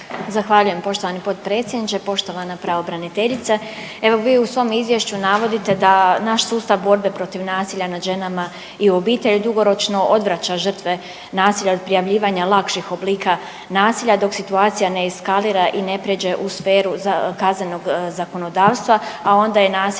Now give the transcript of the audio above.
Zahvaljujem poštovani potpredsjedniče. Poštovana pravobraniteljice, evo vi u svom izvješću navodite da naš sustav borbe protiv naselja i obitelji dugoročno odvraća žrtve nasilja od prijavljivanja lakših oblika nasilja dok situacija ne eskalira i ne prijeđe u sferu kaznenog zakonodavstva, a onda je nasilje